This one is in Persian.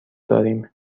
داریم